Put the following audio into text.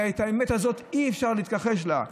האמת הזאת, אי-אפשר להתכחש לה.